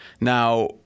Now